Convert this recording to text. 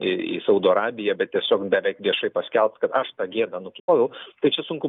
į į saudo arabiją bet tiesiog beveik viešai paskelbt kad aš tą gėdą nuploviau tai čia sunku